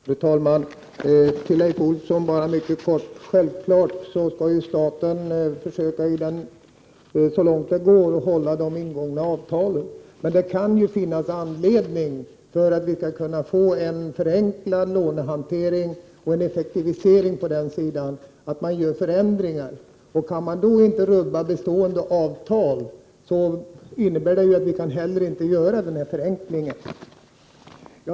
Fru talman! Helt kort till Leif Olsson: Självfallet skall staten försöka så långt det går att hålla de ingångna avtalen. Men det kan finnas anledning, för att vi skall få en förenklad lånehantering och en effektivisering, att göra förändrihgar. Kan man inte rubba de befintliga avtalen, innebär det att vi inte kan genomföra förenklingar.